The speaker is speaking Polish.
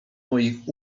moich